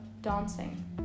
dancing